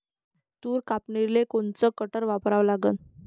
तूर कापनीले कोनचं कटर वापरा लागन?